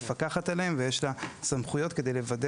מפקחת עליהם ויש לה סמכויות כדי לוודא